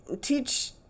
teach